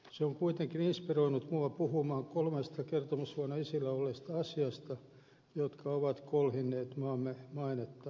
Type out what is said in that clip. se on kuitenkin inspiroinut minua puhumaan kolmesta kertomusvuonna esillä olleesta asiasta jotka ovat kolhineet maamme mainetta ulkomailla